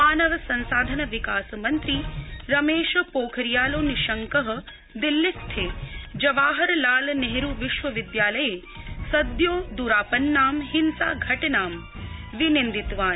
मानव संसाधन विकास मन्त्री रमेश पोखरियालो निश्शंक दिल्लीस्थे जवाहर लाल नेहरू विश्वविद्यालये सद्यो द्रापन्नां हिंसा घटनां विनिन्दितवान्